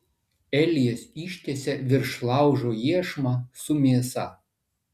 elijas ištiesia virš laužo iešmą su mėsa